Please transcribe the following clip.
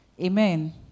amen